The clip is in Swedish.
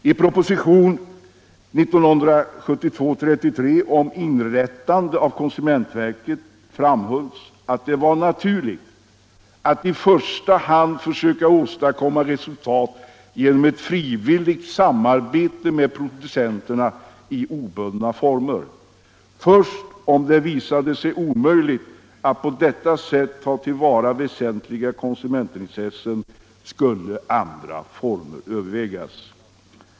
I propositionen 1972:33 om inrättande av konsumentverket framhölls att det var naturligt att i första hand försöka åstadkomma resultat genom ett frivilligt samarbete med producenterna i obundna former. Först om det visade sig omöjligt att på detta sätt tillvarata väsentliga konsumentintressen skulle andra former övervägas.